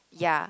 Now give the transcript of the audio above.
ya